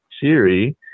theory